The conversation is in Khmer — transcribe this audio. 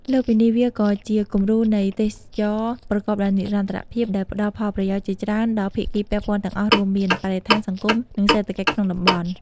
លើសពីនេះ វាក៏ជា គំរូនៃទេសចរណ៍ប្រកបដោយនិរន្តរភាព ដែលផ្តល់ ផលប្រយោជន៍ជាច្រើន ដល់ភាគីពាក់ព័ន្ធទាំងអស់ រួមមាន បរិស្ថាន សង្គម និងសេដ្ឋកិច្ចក្នុងតំបន់។